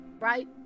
Right